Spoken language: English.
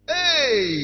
Hey